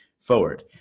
forward